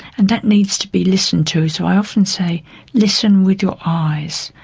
and that needs to be listened to. so i often say listen with your eyes,